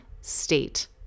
state